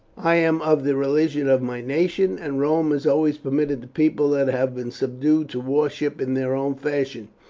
i am of the religion of my nation, and rome has always permitted the people that have been subdued to worship in their own fashion.